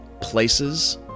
places